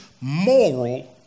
moral